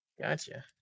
Gotcha